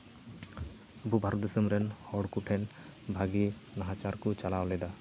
ᱩᱱᱠᱩ ᱵᱷᱟᱨᱚᱛ ᱫᱤᱥᱚᱢ ᱨᱮᱱ ᱦᱚᱲ ᱠᱚ ᱴᱷᱮᱱ ᱵᱷᱟᱜᱮ ᱱᱟᱦᱟᱪᱟᱨ ᱠᱩ ᱪᱟᱞᱟᱣ ᱞᱮᱫᱟ